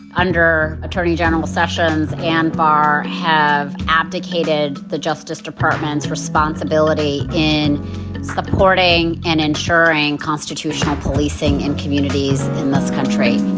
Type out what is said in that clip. under attorney general sessions and barr, have abdicated the justice department's responsibility in supporting and ensuring constitutional policing in communities in this country